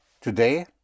today